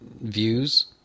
views